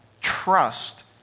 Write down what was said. Trust